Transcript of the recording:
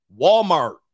Walmart